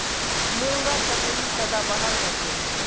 मूंगा चमेली सदाबहार हछेक